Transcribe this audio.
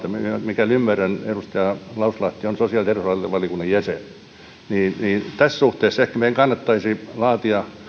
mikäli ymmärrän edustaja lauslahti on sosiaali ja terveysvaliokunnan jäsen tässä suhteessa ehkä meidän kannattaisi laatia